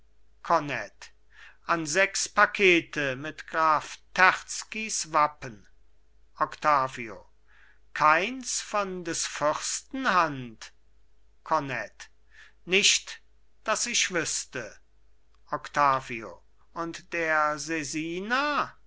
kornett an sechs pakete mit graf terzkys wappen octavio keins von des fürsten hand kornett nicht daß ich wüßte octavio und der sesina